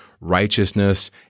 righteousness